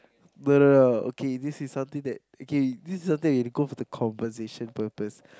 no no no okay this is something that okay this is it something that you go for compensation purpose